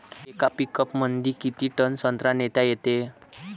येका पिकअपमंदी किती टन संत्रा नेता येते?